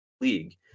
league